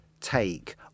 take